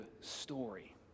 story